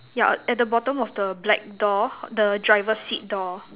ya at the bottom of the black door the driver seat door